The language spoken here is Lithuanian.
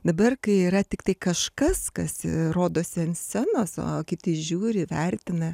dabar kai yra tiktai kažkas kas rodosi ant scenos o kiti žiūri vertina